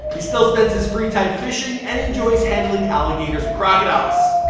he still spends his free time fishing and enjoys handling alligators and crocodiles.